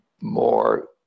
more